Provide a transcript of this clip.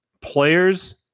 players